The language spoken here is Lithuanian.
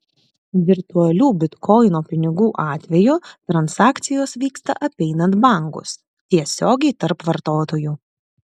virtualių bitkoino pinigų atveju transakcijos vyksta apeinant bankus tiesiogiai tarp vartotojų